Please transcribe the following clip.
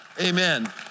amen